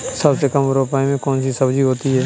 सबसे कम रुपये में कौन सी सब्जी होती है?